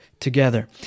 together